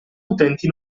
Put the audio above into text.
utenti